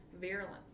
Virulent